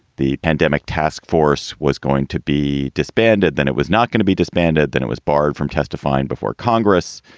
the pandemic task force was going to be disbanded. then it was not going to be disbanded. then it was barred from testifying before congress.